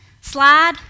slide